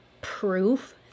proof